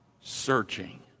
searching